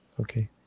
Okay